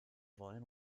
wollen